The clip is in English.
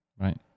Right